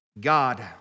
God